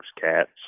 cats